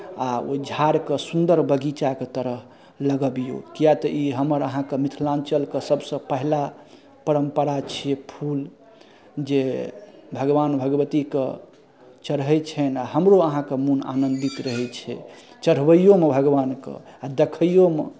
आ ओ झाड़केँ सुन्दर बगीचाके तरह लगबियौ किआक तऽ ई हमर अहाँके मिथिलाञ्चलके सभसँ पहिला परम्परा छियै फूल जे भगवान भगवतीकेँ चढ़ैत छनि आ हमरो अहाँके मोन आनन्दित रहै छै चढ़बैओमे भगवानकेँ आ देखैओमे